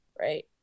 right